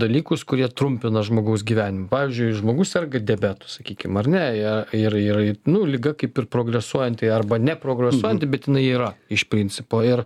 dalykus kurie trumpina žmogaus gyvenimą pavyzdžiui žmogus serga diabetu sakykim ar ne ją ir jei nu liga kaip ir progresuojanti arba neprogresuojant bet jinai yra iš principo ir